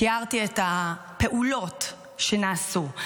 תיארתי את הפעולות שנעשו.